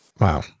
Wow